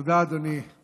תודה, אדוני.